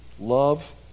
Love